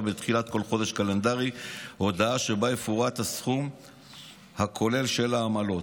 בתחילת כל חודש קלנדרי הודעה שבה יפורט הסכום הכולל של העמלות,